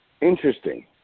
interesting